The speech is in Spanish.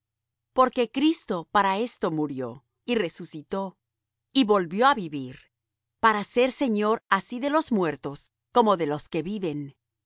porque cristo para esto murió y resucitó y volvió á vivir para ser señor así de los muertos como de los que viven